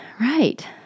right